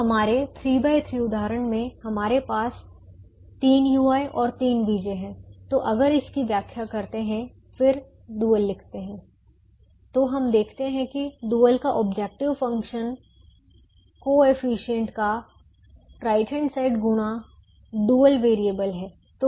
तो हमारे 3 बाय 3 उदाहरण में हमारे पास 3 ui और 3 vj है तो अगर इसकी व्याख्या करते हैं फिर डुअल लिखते हैं तो हम देखते हैं कि डुअल का ऑब्जेक्टिव फंक्शन कोएफिशिएंट का RHS गुणा डुअल वेरिएबल है